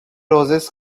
roses